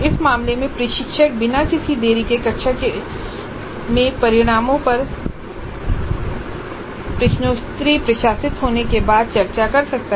इस मामले में प्रशिक्षक बिना किसी देरी के कक्षा में परिणामों पर प्रश्नोत्तरी प्रशासित होने के बाद चर्चा कर सकता है